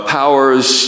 powers